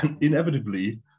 inevitably